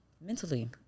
mentally